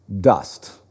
dust